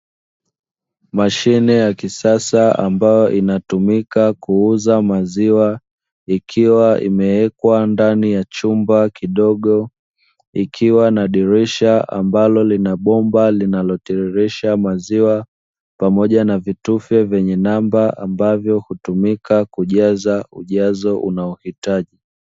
Mashine ya kisasa ambayo inatumika kuuza maziwa, ikiwa imewekwa ndani ya chumba kidogo, ikiwa na dirisha ambalo lina bomba linalotiririsha maziwa, pamoja na vitufe vyenye namba ambavyo hutumika kujaza ujazo unaohitaji.